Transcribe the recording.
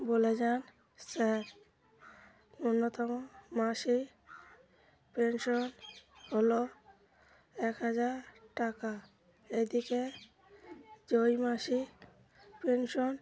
বলে যান স্যার ন্যূনতম মাসিক পেনশন হলো এক হাজার টাকা এদিকে জয় মাসিক পেনশন